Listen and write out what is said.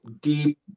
deep